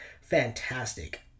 fantastic